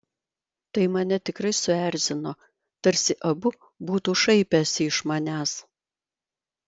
tai mane tikrai suerzino tarsi abu būtų šaipęsi iš manęs